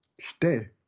stay